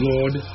Lord